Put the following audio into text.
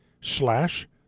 slash